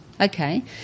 Okay